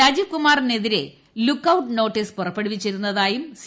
രാജിവ്കുമാറിനെതിരെ lookout notice പുറപ്പെടുവിച്ചിരുന്നതായും C